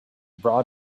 brought